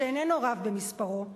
שאיננו רב במספרו,